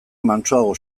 mantsoago